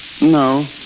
No